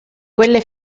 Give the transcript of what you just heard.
quelle